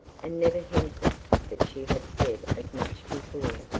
and never hinted that she had said as much before.